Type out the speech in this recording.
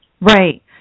Right